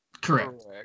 Correct